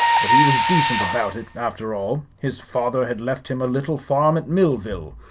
but he was decent about it, after all. his father had left him a little farm at millville.